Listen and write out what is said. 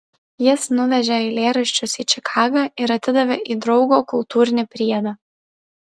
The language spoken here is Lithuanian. jis nuvežė eilėraščius į čikagą ir atidavė į draugo kultūrinį priedą